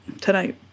tonight